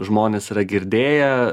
žmonės yra girdėję